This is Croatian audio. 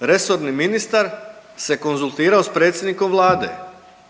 resorni ministar se konzultirao sa predsjednikom Vlade.